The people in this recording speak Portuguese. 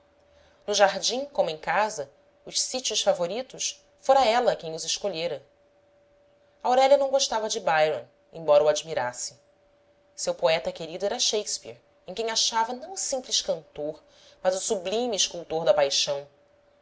no jardim como em casa os sítios favoritos fora ela quem os escolhera aurélia não gostava de byron embora o admirasse seu poeta querido era shakespeare em quem achava não o simples cantor mas o sublime escultor da paixão